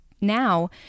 now